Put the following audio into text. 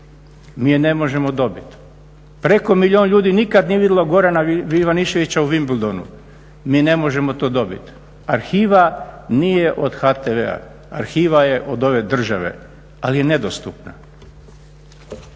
Mi je ne možemo dobiti. Preko milijun ljudi nikad nije vidjelo Gorana Ivaniševića u Wimbledonu, mi ne možemo to dobiti. Arhiva nije od HTV-a, arhiva je od ove države ali je nedostupna.